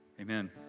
amen